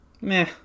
Meh